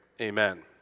amen